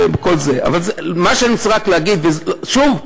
מה שאני רוצה להגיד, שוב,